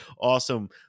awesome